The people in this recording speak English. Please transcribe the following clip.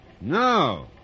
No